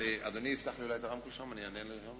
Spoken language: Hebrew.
אדוני יפתח לי את הרמקול שם, ואני אענה.